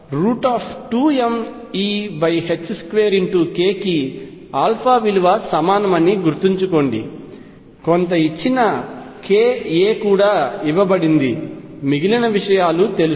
α 2mE2 k అని గుర్తుంచుకోండి కొంత ఇచ్చిన k a కూడా ఇవ్వబడింది మిగిలిన విషయాలు తెలుసు